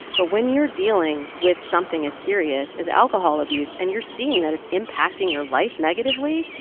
but when you're dealing with something as serious as alcohol abuse and you're seeing that it's impacting your life negatively,